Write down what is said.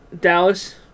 Dallas